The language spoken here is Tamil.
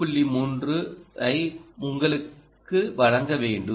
3 ஐ உங்களுக்கு வழங்க வேண்டும்